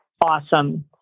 awesome